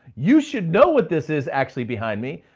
you should know what this is actually behind me.